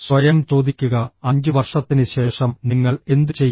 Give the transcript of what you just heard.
സ്വയം ചോദിക്കുക 5 വർഷത്തിനുശേഷം നിങ്ങൾ എന്തുചെയ്യും